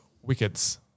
wickets